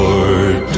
Lord